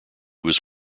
was